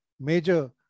major